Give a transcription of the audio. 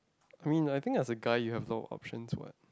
I mean I think as a guy you have no options what